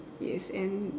yes and